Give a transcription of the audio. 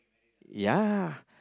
ya